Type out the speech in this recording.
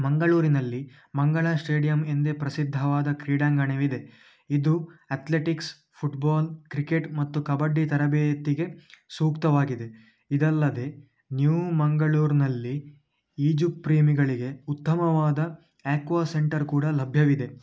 ಮಂಗಳೂರಿನಲ್ಲಿ ಮಂಗಳಾ ಸ್ಟೇಡಿಯಂ ಎಂದೇ ಪ್ರಸಿದ್ಧವಾದ ಕ್ರೀಡಾಂಗಣವಿದೆ ಇದು ಅತ್ಲೆಟಿಕ್ಸ್ ಫುಟ್ಬಾಲ್ ಕ್ರಿಕೆಟ್ ಮತ್ತು ಕಬಡ್ಡಿ ತರಬೇತಿಗೆ ಸೂಕ್ತವಾಗಿದೆ ಇದಲ್ಲದೆ ನ್ಯೂ ಮಂಗಳೂರಿನಲ್ಲಿ ಈಜು ಪ್ರೇಮಿಗಳಿಗೆ ಉತ್ತಮವಾದ ಆಕ್ವಾ ಸೆಂಟರ್ ಕೂಡ ಲಭ್ಯವಿದೆ